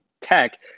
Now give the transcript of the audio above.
tech